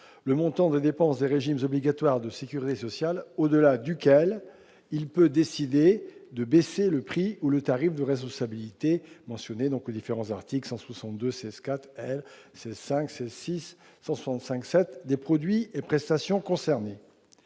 le montant des dépenses des régimes obligatoires de sécurité sociale au-delà duquel il peut décider de baisser le prix ou le tarif de responsabilité, mentionné aux articles L. 162-16-4 à L. 162-16-5, L. 162-16-6 et L. 165-7, des produits et prestations concernés.